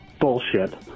bullshit